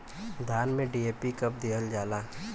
धान में डी.ए.पी कब दिहल जाला?